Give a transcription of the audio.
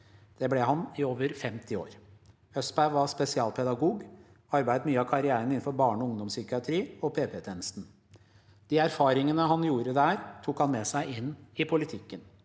Det ble han i over 50 år. Østberg var spesialpedagog og arbeidet mye av karrieren innenfor barne- og ungdomspsykiatri og PP-tjenesten. De erfaringene han gjorde der, tok han med seg inn i politikken.